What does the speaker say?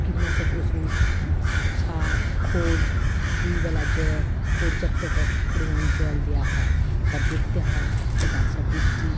কীটনাশক ওষুধ সার খোল দুইবেলা জল পর্যাপ্ত পরিমাণ জল দেওয়া হয় আবার দেখতে হয় যে গাছরা বৃষ্টি